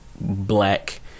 black